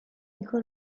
hijo